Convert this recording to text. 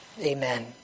Amen